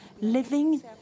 living